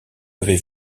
avez